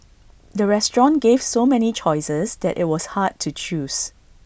the restaurant gave so many choices that IT was hard to choose